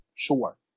Sure